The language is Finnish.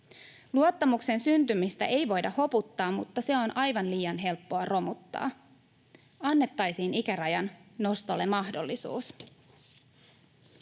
Luottamuksen syntymistä ei voida hoputtaa, mutta se on aivan liian helppoa romuttaa. Annettaisiin ikärajan nostolle mahdollisuus.